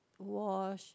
wash